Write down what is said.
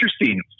interesting